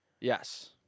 yes